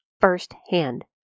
firsthand